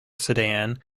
sedan